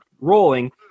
rolling